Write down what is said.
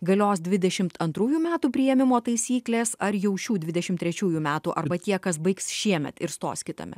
galios dvidešimt antrųjų metų priėmimo taisyklės ar jau šių dvidešimt trečiųjų metų arba tie kas baigs šiemet ir stos kitame